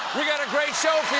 we've got a great show